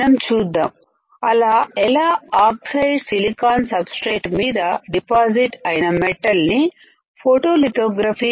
మనం చూద్దాం ఎలా ఆక్సైడ్ సిలికాన్ సబ్ స్ట్రేట్ మీద డిపాజిట్ అయిన మెటల్ ని ఫొటోలితోగ్రాఫీ